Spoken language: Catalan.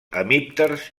hemípters